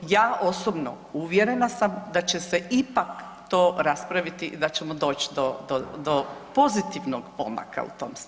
Ja osobno uvjerena sam da će se ipak to raspraviti i da ćemo doći do pozitivnog pomaka u tom smjeru.